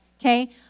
okay